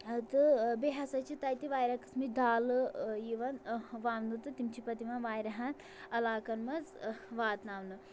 تہٕ بیٚیہِ ہسا چھِ تَتہِ واریاہ قٕسمٕکۍ دالہٕ یِوان وَونہٕ تہٕ تِم چھِ پَتہٕ یِوان واریاہَن علاقَن منٛز واتناونہٕ